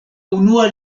unua